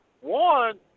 one